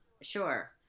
sure